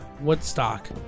Woodstock